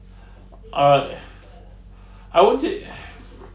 uh I won't say